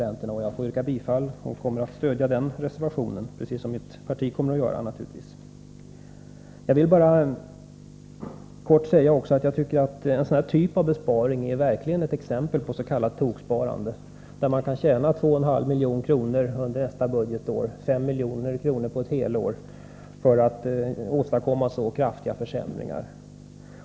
Jag yrkar bifall till den reservationen och kommer att stödja den precis som mitt parti naturligtvis kommer att göra. Jag vill bara kort säga att jag tycker att denna typ av sparande verkligen är ett exempel på s.k. toksparande, där man kan tjäna 2,5 milj.kr. under nästa 113 budgetår, 5 milj.kr. på ett helt år, för att åstadkomma så kraftiga försämringar.